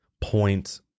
point